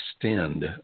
extend